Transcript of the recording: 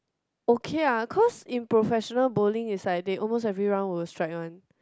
okay ah cause in professional bowling is like they almost everyone will strike one